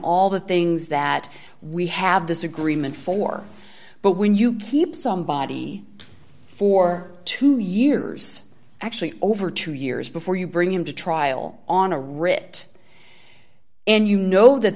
all the things that we have this agreement for but when you keep somebody for two years actually over two years before you bring him to trial on a writ and you know that